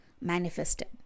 manifested